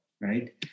right